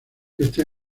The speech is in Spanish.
este